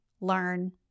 learn